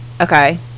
Okay